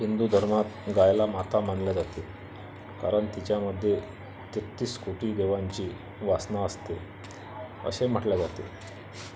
हिंदू धर्मात गायीला माता मानलं जाते कारण तिच्यामध्ये तेहतीस कोटी देवांची वासना असते असे म्हटले जाते म्हणून गाईचे शेण हे खूप पवित्र मानले जाते त्यामुळे जुने लोक गाईच्या शेणाचा सडा टाकायचे सारवण करायचे